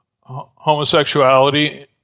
homosexuality